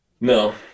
No